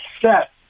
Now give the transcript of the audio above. set